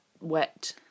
Wet